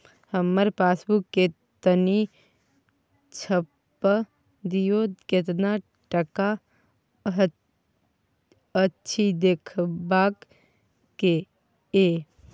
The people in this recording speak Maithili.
हमर पासबुक के तनिक छाय्प दियो, केतना टका अछि देखबाक ये?